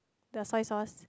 the soy sauce